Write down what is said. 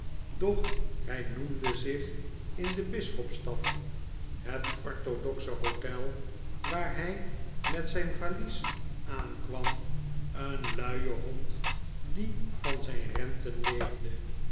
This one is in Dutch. doch hy noemde zich in de bisschopstaf het orthodoxe hstel waar hjj met zpn valies aankwam een luien hond die van zjjn renten leefde